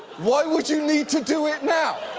why would you need to do it now?